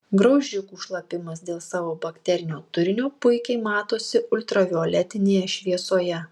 graužikų šlapimas dėl savo bakterinio turinio puikiai matosi ultravioletinėje šviesoje